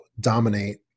dominate